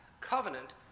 covenant